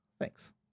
Thanks